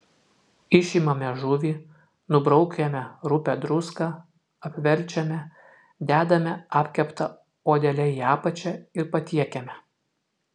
išimame žuvį nubraukiame rupią druską apverčiame dedame apkepta odele į apačią ir patiekiame